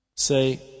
Say